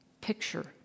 picture